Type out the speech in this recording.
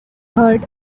heard